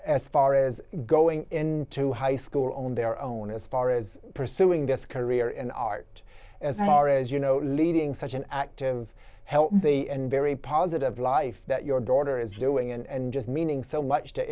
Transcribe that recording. as far as going into high school on their own as far as pursuing a career in art as far as you know leading such an active help and the very positive life that your daughter is doing and just meaning so much to